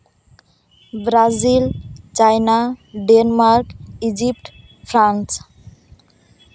Brazil China Denmark Egypt France